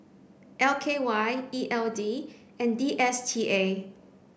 L K Y E L D and D S T A